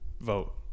vote